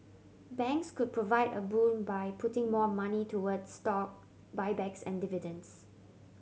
banks could provide a boon by putting more money toward stock buybacks and dividends